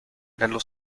nello